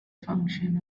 function